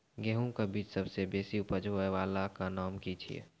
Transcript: गेहूँमक बीज सबसे बेसी उपज होय वालाक नाम की छियै?